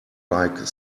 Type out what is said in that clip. like